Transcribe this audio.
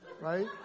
right